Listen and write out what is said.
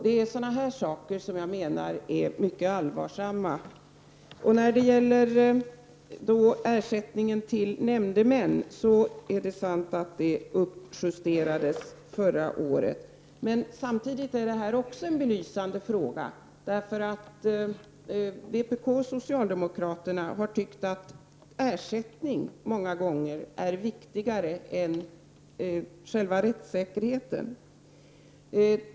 Det är sådana saker som jag menar är mycket allvarliga. När det gäller ersättningen till nämndemännen är det sant att den uppjusterades förra året. Men samtidigt vill jag säga att detta är en belysande fråga. Vpk och socialdemokraterna har tyckt att ersättning många gånger är viktigare än själva rättssäkerheten.